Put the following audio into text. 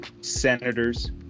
Senators